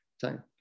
time